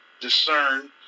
discern